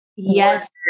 Yes